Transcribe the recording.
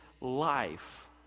life